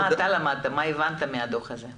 מה אתה למדת, מה הבנת מהדו"ח הזה.